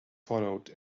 followed